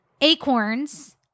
acorns